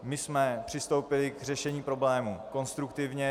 My jsme přistoupili k řešení problému konstruktivně.